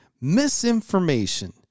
misinformation